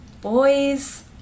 boys